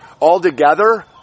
Altogether